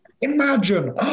Imagine